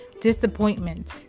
disappointment